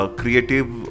creative